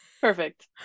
Perfect